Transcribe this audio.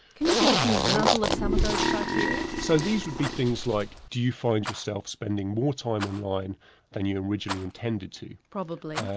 can you give us an example of some of those criteria? so these would be things like do you find yourself spending more time online than you originally intended to? probably.